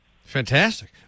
fantastic